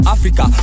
Africa